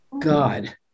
God